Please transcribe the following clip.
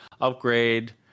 Upgrade